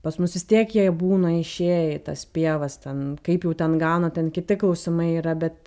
pas mus vis tiek jie būna išėję į tas pievas ten kaip jau ten gauna ten kiti klausimai yra bet